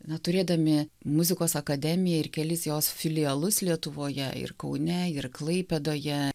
na turėdami muzikos akademiją ir kelis jos filialus lietuvoje ir kaune ir klaipėdoje